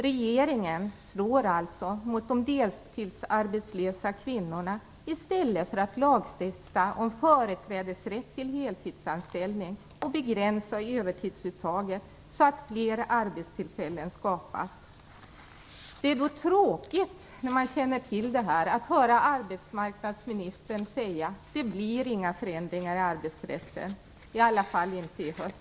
Regeringen slår alltså mot de deltidsarbetslösa kvinnorna, i stället för att lagstifta om företrädesrätt till heltidsanställning och begränsning av övertidsuttaget så att fler arbetstillfällen skapas. När man känner till det här är det tråkigt att höra arbetsmarknadsministern säga att det inte blir några förändringar i arbetsrätten, i alla fall inte i höst.